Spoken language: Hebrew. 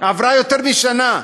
עברה יותר משנה,